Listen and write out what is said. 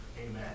Amen